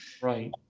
right